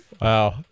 wow